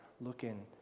looking